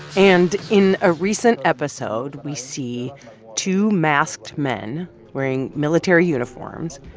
and in a recent episode, we see two masked men wearing military uniforms,